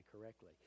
correctly